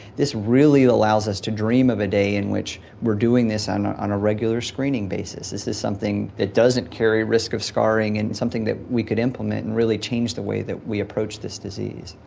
this really allows us to dream of a day in which we're doing this on ah on a regular screening basis. this is something that doesn't carry risk of scarring and something that we could implement and really change the way that we approach this disease.